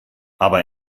aber